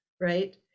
right